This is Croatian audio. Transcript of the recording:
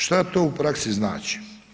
Šta to u praksi znači?